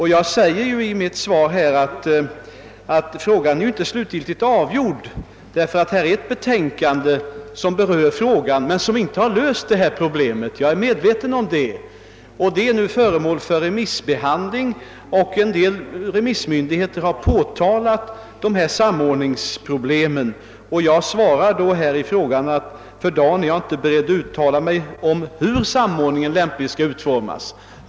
I svaret framhåller jag ju att den frågan inte är slutgiltigt avgjord. Det föreligger ett betänkande som berör spörsmålet, men jag är helt medveten om att problemet inte är löst. Betänkandet är nu föremål för remissbehandling, och vissa remissmyndigheter har påtalat de här samordningsproblemen, och i svaret har jag förklarat att jag för dagen inte är beredd att uttala mig om hur samordningen lämpligen skall utformas.